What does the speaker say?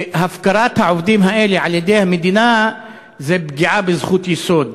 הפקרת העובדים האלה על-ידי המדינה היא פגיעה בזכות יסוד.